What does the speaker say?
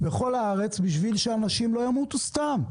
בשביל שאנשים לא ימותו סתם.